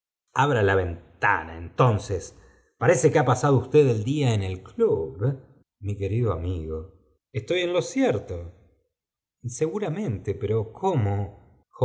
a la v tana entonces parece que ha pa ado usted el día en el c mi querido amigo f estoy en lo cierto seguramente pero cómo